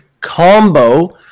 combo